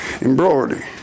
Embroidery